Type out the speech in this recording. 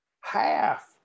half